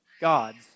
God's